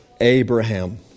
Abraham